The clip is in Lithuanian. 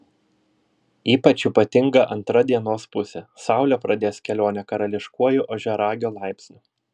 ypač ypatinga antra dienos pusė saulė pradės kelionę karališkuoju ožiaragio laipsniu